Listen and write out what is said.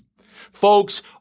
Folks